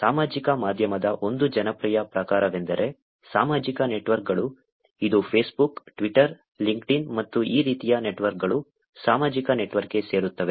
ಸಾಮಾಜಿಕ ಮಾಧ್ಯಮದ ಒಂದು ಜನಪ್ರಿಯ ಪ್ರಕಾರವೆಂದರೆ ಸಾಮಾಜಿಕ ನೆಟ್ವರ್ಕ್ಗಳು ಇದು ಫೇಸ್ಬುಕ್ ಟ್ವಿಟರ್ ಲಿಂಕ್ಡ್ಇನ್ ಮತ್ತು ಈ ರೀತಿಯ ನೆಟ್ವರ್ಕ್ಗಳು ಸಾಮಾಜಿಕ ನೆಟ್ವರ್ಕ್ಗೆ ಸೇರುತ್ತವೆ